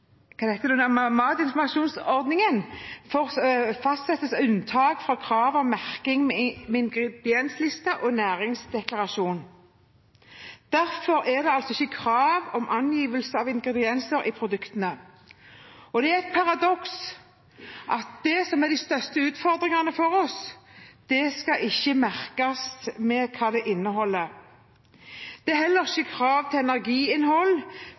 fastsettes unntak fra kravet om merking med ingrediensliste og næringsdeklarasjon. Derfor er det ikke krav om angivelse av ingredienser i produktene. Det er et paradoks at det som er en av de største utfordringene for oss, ikke skal merkes med hva det inneholder. Det er heller ikke krav om angivelse av energiinnhold,